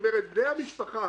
כלומר בני המשפחה